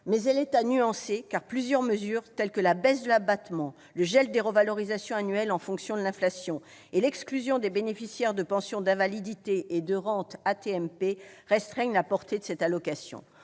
doit être nuancée, car plusieurs mesures, telles que la baisse de l'abattement, le gel des revalorisations annuelles en fonction de l'inflation et l'exclusion des bénéficiaires de pensions d'invalidité et de rentes AT-MP restreignent la portée de cette allocation.